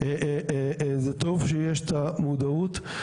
זה טוב שיש את המודעות.